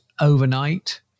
overnight